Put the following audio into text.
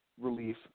relief